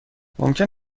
ممکن